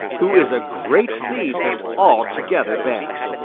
who is a great thief and altogether bad.